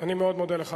אני מאוד מודה לך.